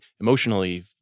emotionally